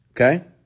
Okay